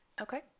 Okay